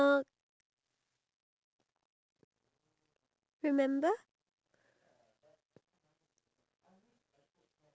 ya and then for the one in batam they cut that baby banana into half and then they goreng it like they fry it